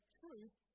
truth